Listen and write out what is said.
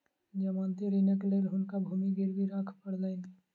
जमानती ऋणक लेल हुनका भूमि गिरवी राख पड़लैन